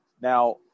Now –